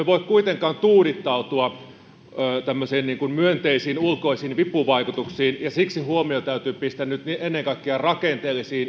voi kuitenkaan tuudittautua tämmöisiin myönteisiin ulkoisiin vipuvaikutuksiin ja siksi huomio täytyy pistää nyt ennen kaikkea rakenteellisiin